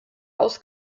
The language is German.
aus